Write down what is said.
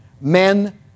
Men